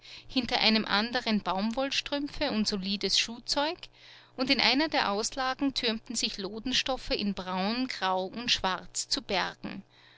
hinter einem anderen baumwollstrümpfe und solides schuhzeug und in einer der auslagen türmten sich lodenstoffe in braun grau und schwarz zu bergen